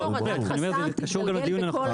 כל הורדת חסם מתגלגלת לכולם.